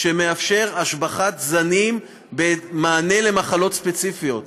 שמאפשר השבחת זנים במענה למחלות ספציפיות.